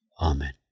Amen